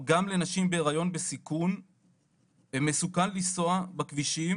או "..גם לנשים בהיריון בסיכון מסוכן לנסוע בכבישים